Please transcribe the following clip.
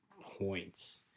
points